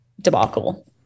debacle